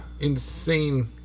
insane